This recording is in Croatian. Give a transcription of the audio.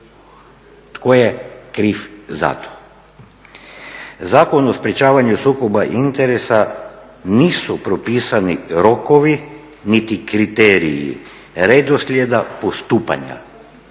Tko je kriv za to? Zakonom o sprečavanju sukoba interesa nisu propisani rokovi niti kriteriji redoslijeda postupanja,